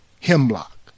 Hemlock